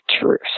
truth